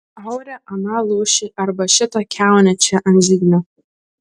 aure aną lūšį arba šitą kiaunę čia ant židinio